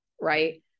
right